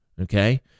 okay